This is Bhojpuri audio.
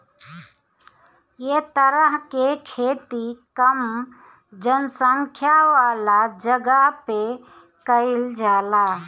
ए तरह के खेती कम जनसंख्या वाला जगह पे कईल जाला